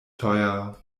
teuer